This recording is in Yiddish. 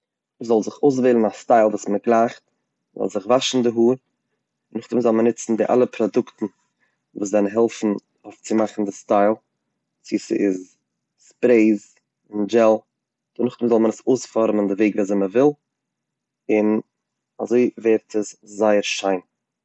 מ'זאל זיך אויסוועלן א סטייל וואס מען גלייכט, מ'זאל זיך וואשן די האר נאכדעם זאל מען ניצן די אלע פראדוקטן וואס וועלן העלפן אויף צו מאכן די סטייל צו ס'איז ספרעיס, זשעל, נאכדעם זאל מען אויספארעמען די וועג וויאזוי מען וויל און אזוי ווערט עס זייער שיין.